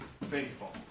faithful